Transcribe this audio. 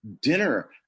dinner